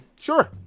Sure